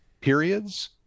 periods